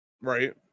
right